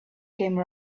came